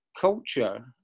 culture